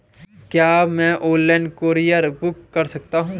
क्या मैं online courier book कर सकता हूँ?